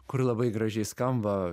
kur labai gražiai skamba